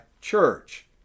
church